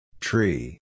Tree